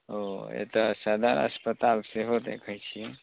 ओ एतऽ सदर अस्पताल सेहो देखै छियै